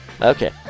Okay